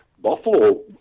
Buffalo